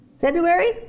February